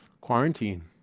quarantine